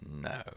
No